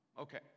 Okay